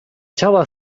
ciała